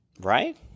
right